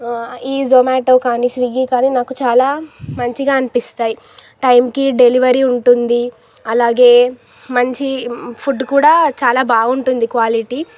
ఈ జొమాటో కానీ స్విగ్గి కానీ నాకు చాలా మంచిగా అనిపిస్తాయి టైంకి డెలివరీ ఉంటుంది అలాగే మంచి ఫుడ్ కూడా చాలా బాగుంటుంది క్వాలిటీ